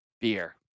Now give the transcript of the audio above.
beer